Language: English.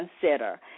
consider